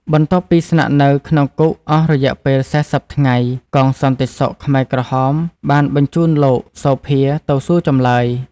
បន្ទាប់ពីស្នាក់នៅក្នុងគុកអស់រយៈពេល ៤០ ថ្ងៃ កងសន្តិសុខខ្មែរក្រហមបានបញ្ជូនលោក សូភា ទៅសួរចម្លើយ។